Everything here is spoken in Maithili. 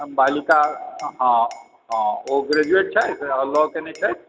अम्बालिका हॅं हॅं ओ ग्रेजुएट छथि लॉ कयने छथि